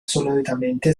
solitamente